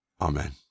Amen